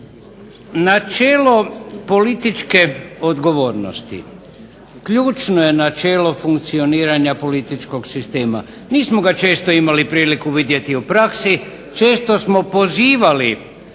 Načelo političke odgovornosti ključno je načelo funkcioniranja političkog sistema. Nismo ga često imali priliku vidjeti u praksi, često smo pozivali